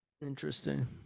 Interesting